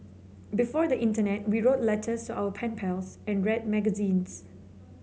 before the internet we wrote letters our pen pals and read magazines